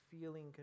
feeling